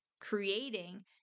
creating